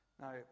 Now